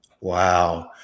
Wow